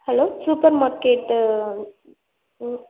hello super market ம்